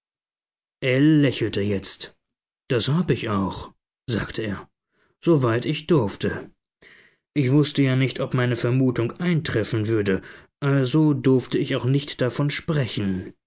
lächelte jetzt das hab ich auch sagte er soweit ich durfte ich wußte ja nicht ob meine vermutung eintreffen würde also durfte ich auch nicht davon sprechen